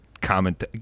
comment